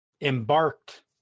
embarked